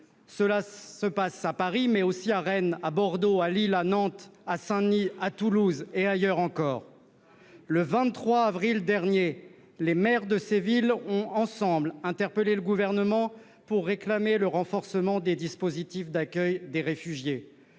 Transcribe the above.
Cela se passe à Paris, mais aussi à Rennes, à Bordeaux, à Lille, à Nantes, à Saint-Denis, à Toulouse, et ailleurs encore. Le 23 avril dernier, les maires de ces villes ont interpellé ensemble le Gouvernement pour réclamer le renforcement des dispositifs d'accueil des réfugiés.